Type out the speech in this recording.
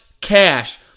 cash